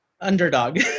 underdog